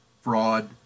fraud